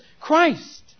Christ